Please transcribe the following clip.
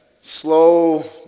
slow